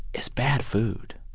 is bad food.